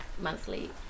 monthly